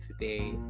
today